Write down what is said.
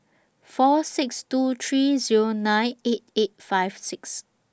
four six two three Zero nine eight eight five six